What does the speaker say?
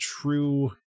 true